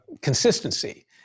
consistency